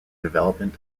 development